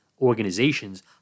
organizations